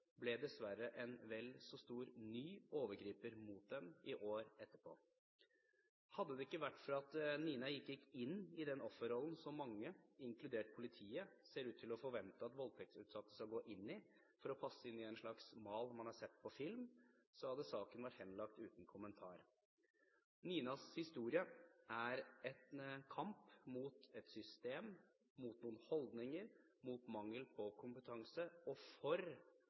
ble dessverre en vel så stor ny overgriper mot dem i år etterpå. Hadde det ikke vært for at Nina ikke gikk inn i den offerrollen som mange, inkludert politiet, ser ut til å forvente at voldtektsutsatte skal gå inn i for å passe inn i en slags mal man har sett på film, hadde saken vært henlagt uten kommentar. Ninas historie er en kamp mot et system, mot noen holdninger, mot mangel på kompetanse, og for